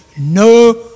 No